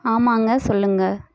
ஆமாங்க சொல்லுங்க